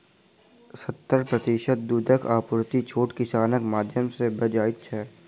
सत्तर प्रतिशत दूधक आपूर्ति छोट किसानक माध्यम सॅ भ जाइत छै